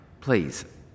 Please